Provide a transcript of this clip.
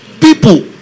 People